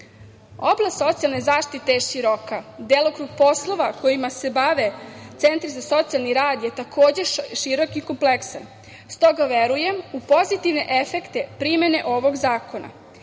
socijalne zaštite je široka. Delokrug poslova kojima se bave centri za socijalni rad je takođe širok i kompleksan. Stoga verujem u pozitivne efekte primene ovog zakona.